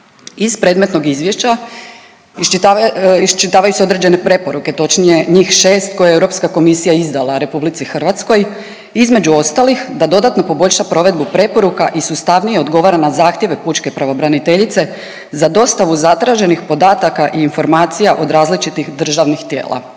Iz predmetnog izvješća iščitavaju se određene preporuke, točnije njih 6 koje je Europska komisija izdala RH. Između ostalih da dodatno poboljša provedbu preporuka i sustavnije odgovara na zahtjeve pučke pravobraniteljice za dostavu zatraženih podataka i informacija od različitih državnih tijela.